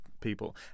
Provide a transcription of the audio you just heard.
people